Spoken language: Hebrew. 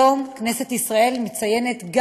היום כנסת ישראל מציינת,